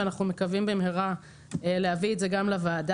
ואנחנו מקווים להביא את זה במהרה גם לוועדה.